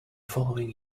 following